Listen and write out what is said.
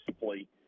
simply